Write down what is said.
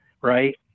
right